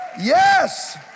yes